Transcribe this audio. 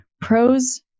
pros